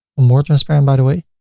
more transparent by the way.